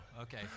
Okay